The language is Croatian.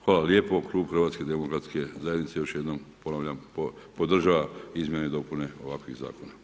Hvala lijepo, klub HDZ-a još jednom ponavljam podržava izmjene i dopune ovakvih zakona.